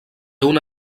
una